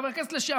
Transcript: חבר הכנסת לשעבר,